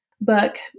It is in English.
book